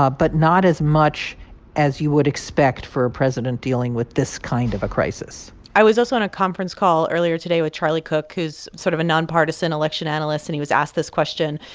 but not as much as you would expect for a president dealing with this kind of a crisis i was also on a conference call earlier today with charlie cook, who's sort of a nonpartisan election analyst, and he was asked this question.